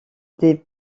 des